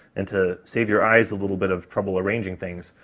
and to save your eyes a little bit of trouble arranging things,